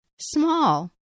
small